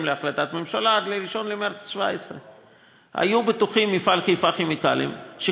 להחלטת הממשלה עד 1 במרס 2017. במפעל חיפה כימיקלים היו בטוחים